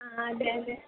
ആ അതെയതെ